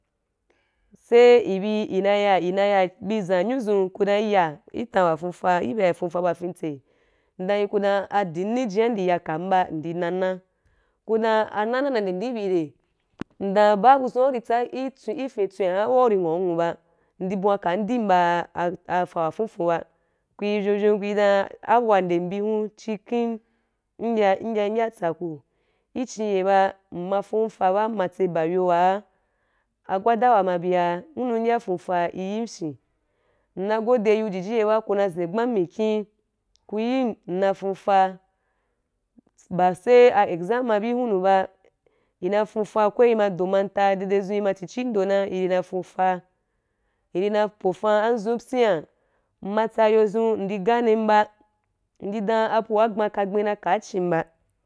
Sai í bí í na ya í na ya bi za nyo zun ku don í ya i tan wa fuufa í bye í na fuufa ba wa fin tse ndan yi ku dan adim ní jia ndi ya kam ba ndi nana ku dam a nawa nana nde ndi bí raí ndan ba bu zun wa uri tsa í, í fíntswen wa u ri nghan wu ba ndi bwan kam adím ba a ah fa wa fuufu ba ku í vyou vyou ku í dan abu wa nde bi hun chí kem mya ya tsa ku í chí ye ba mma fufa ba mma tse ba yo wa a gwadawa ma bia hu mnu i ya fuufa a gwadawa í yim a fyín nna gode yu jiji ye ba ku na zin gbam mikín ku yim nna fuufa ba saí a exam ma bí hunu ba i ma fuufa ko i ma do manta daidai zim i ma i tu chi ndo i na i fuufa i di na pofan azun syian mma tsa ago zun ndi ganim ba ndi um abua gbaa ka gben na ka chín ba.